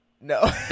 No